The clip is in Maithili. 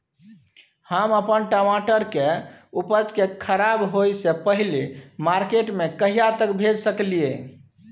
हम अपन टमाटर के उपज के खराब होय से पहिले मार्केट में कहिया तक भेज सकलिए?